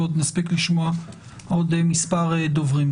ונספיק עוד לשמוע מספר דוברים.